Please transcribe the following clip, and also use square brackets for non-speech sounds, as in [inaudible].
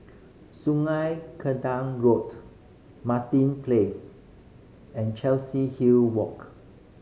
Sungei [unintelligible] Road Martin Place and [unintelligible] Hill Walk